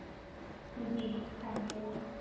ji thank you